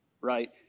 Right